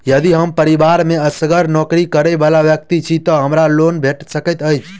यदि हम परिवार मे असगर नौकरी करै वला व्यक्ति छी तऽ हमरा लोन भेट सकैत अछि?